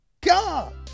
God